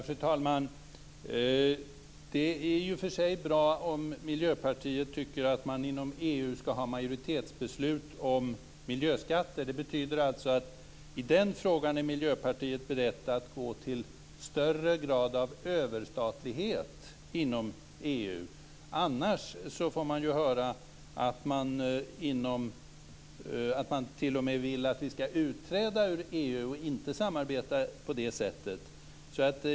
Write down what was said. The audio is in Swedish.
Fru talman! Det är i och för sig bra om Miljöpartiet tycker att man inom EU skall ha majoritetsbeslut om miljöskatter. Det betyder att Miljöpartiet i den frågan är berett att gå till större grad av överstatlighet inom EU. Annars får man ju höra att Miljöpartiet t.o.m. vill att vi skall utträda ur EU och inte samarbeta på det sättet.